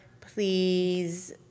Please